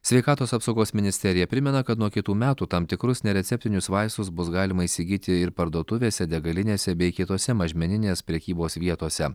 sveikatos apsaugos ministerija primena kad nuo kitų metų tam tikrus nereceptinius vaistus bus galima įsigyti ir parduotuvėse degalinėse bei kitose mažmeninės prekybos vietose